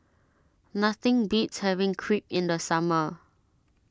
nothing beats having Crepe in the summer